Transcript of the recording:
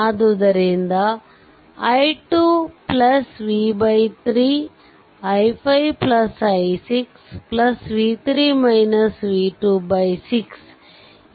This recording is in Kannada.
ಆದುದರಿಂದ i 2 v 3 i5 i6 6